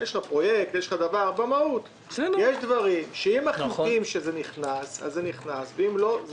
יש דברים שאם מחליטים שזה נכנס אז זה נכנס ואם לא,